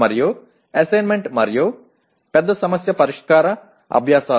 మరియు అసైన్మెంట్ మరియు పెద్ద సమస్య పరిష్కార అభ్యాసాలు